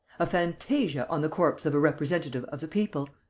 a fantasia on the corpse of a representative of the people.